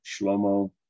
Shlomo